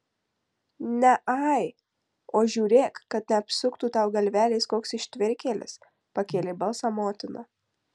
ne ai o žiūrėk kad neapsuktų tau galvelės koks ištvirkėlis pakėlė balsą motina